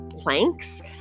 planks